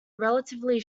relatively